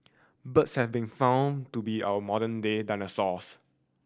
birds have been found to be our modern day dinosaurs